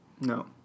No